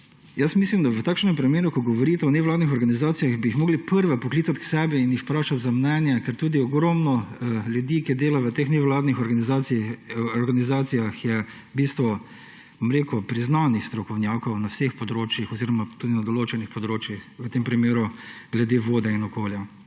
Mislim, da v takšnem primeru, ko govorite o nevladnih organizacijah, bi jih morali prve poklicati k sebi in jih vprašati za mnenje. Tu je ogromno ljudi, ki delajo v teh nevladnih organizacijah, v bistvu so priznani strokovnjaki na vseh področjih oziroma tudi na določenih področjih, v tem primeru glede vode in okolja.